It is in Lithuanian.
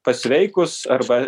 pasveikus arba